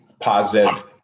positive